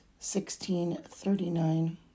1639